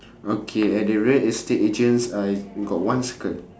okay at the real estate agents I got one circle